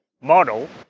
model